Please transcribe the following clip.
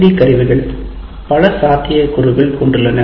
D கருவிகள் பல சாத்தியக் கூறுகள் கொண்டுள்ளன